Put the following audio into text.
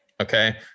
Okay